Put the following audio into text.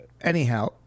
Anyhow